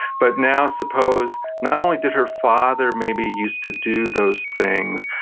but now suppose, not only did her father maybe used to do those things,